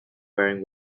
wearing